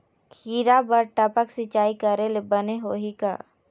खिरा बर टपक सिचाई करे ले बने होही का?